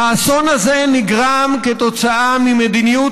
האסון הזה נגרם כתוצאה ממדיניות